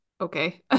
okay